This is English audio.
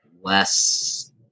less